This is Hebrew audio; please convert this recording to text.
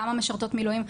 כמה משרתות מילואים,